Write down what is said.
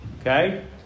Okay